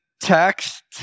text